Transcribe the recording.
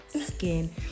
skin